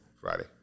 Friday